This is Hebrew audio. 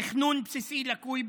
תכנון בסיסי לקוי,